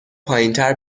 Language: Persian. پایینتر